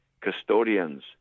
custodians